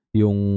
yung